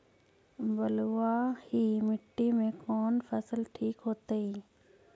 बलुआही मिट्टी में कौन फसल ठिक होतइ?